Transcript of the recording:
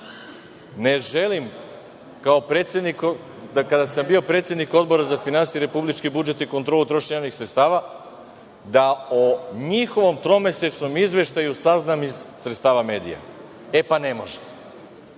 ne želim da kada sam bio predsednik Odbora za finansije, republički budžet i kontrolu trošenja javnih sredstava da o njihovom tromesečnom izveštaju saznam iz sredstava medija. E, pa ne može.